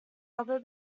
other